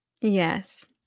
Yes